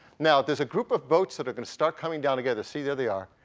now, there's a group of boats that are going to start coming down together. see there they are.